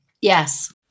Yes